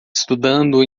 estudando